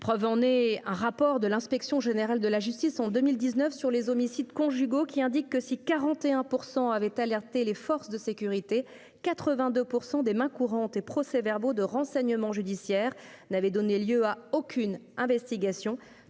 preuve, un rapport de l'inspection générale de la justice de 2019 sur les homicides conjugaux indique que, si 41 % des victimes avaient alerté les forces de sécurité, 82 % des mains courantes et procès-verbaux de renseignement judiciaire n'avaient donné lieu à aucune investigation,